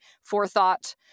forethought